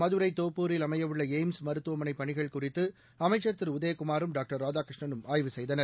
மதுரை தோப்பூரில் அமைய உள்ள எய்ம்ஸ் மருத்துவமனை பணிகள் குறித்து அமைச்ச் திரு உதயகுமாரும் டாக்டர் ராதாகிருஷ்ணனும் ஆய்வு செய்தனர்